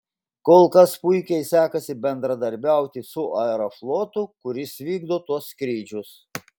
kol kas puikiai sekasi bendradarbiauti su aeroflotu kuris vykdo tuos skrydžius